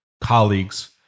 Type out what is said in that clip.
colleagues